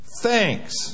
thanks